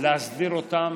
להסדיר אותם